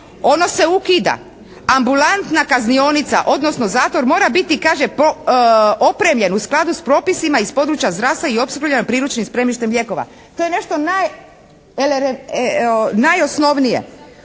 ono se ukida. Ambulanta kaznionica, odnosno zatvor mora biti kaže opremljen u skladu s propisima iz područja zdravstva i opskrbljen priručnim spremištem lijekova. To je nešto najosnovnije,